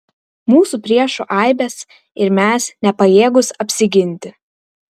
mūsų priešų aibės ir mes nepajėgūs apsiginti